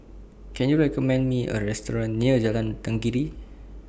Can YOU recommend Me A Restaurant near Jalan Tenggiri